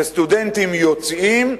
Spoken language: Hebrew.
כשסטודנטים יוצאים,